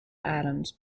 items